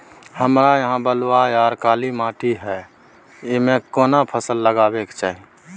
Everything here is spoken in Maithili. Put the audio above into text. हमरा यहाँ बलूआ आर काला माटी हय ईमे केना फसल लगबै के चाही?